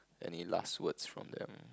any last words from them